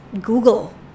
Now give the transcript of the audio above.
Google